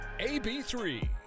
AB3